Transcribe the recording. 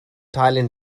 teilen